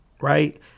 right